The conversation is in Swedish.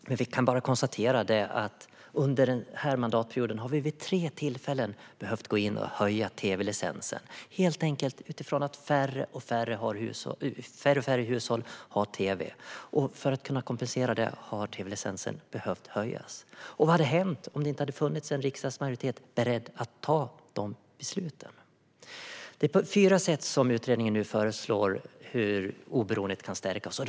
Vi kan bara konstatera att vi vid tre tillfällen under denna mandatperiod har behövt gå in och höja tv-licensen, helt enkelt därför att färre och färre hushåll har tv. För att kompensera för detta har tv-licensen behövt höjas. Vad hade hänt om inte en riksdagsmajoritet hade varit beredd att ta de besluten? Utredningen föreslår nu att oberoendet kan stärkas på fyra sätt.